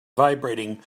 vibrating